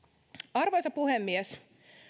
arvoisa puhemies